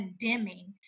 condemning